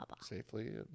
safely